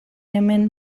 hemen